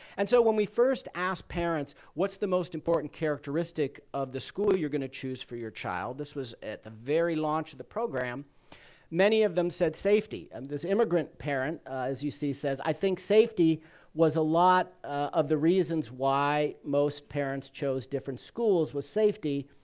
and so when we first asked parents what's the most important characteristic of the school you're going to choose for your child this was at the very launch of the program many of them said safety. and this immigrant parent, as you see, says i think safety was a lot of the reasons why most parents chose different schools was safety.